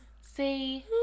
See